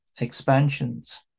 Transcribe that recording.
expansions